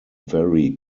vary